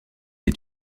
est